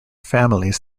families